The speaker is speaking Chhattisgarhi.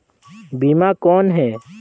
बीमा कौन है?